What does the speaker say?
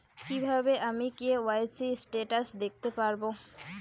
কিভাবে আমি KYC status দেখতে পারবো?